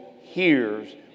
hears